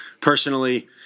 personally